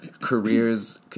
careers